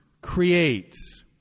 creates